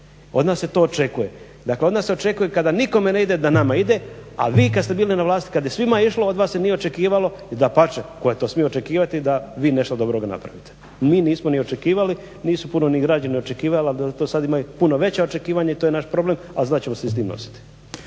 Od nas se to očekuje, dakle od nas se očekuje kada nikome ne ide da nama ide, a vi kad ste bili na vlasti, kad je svima išla od vas se nije očekivalo i dapače, tko je to smio očekivati da vi nešto dobroga napravite. Mi nismo ni očekivali, nisu puno ni građani očekivali, ali zato sad imaju puno veća očekivanja i to je naš problem, ali znat ćemo se i s tim nositi.